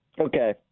Okay